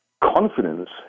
confidence